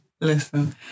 listen